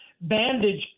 bandage